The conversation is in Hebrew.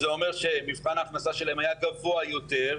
וזה אומר שמבחן ההכנסה שלהם היה גבוה יותר,